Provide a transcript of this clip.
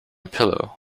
pillow